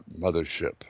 Mothership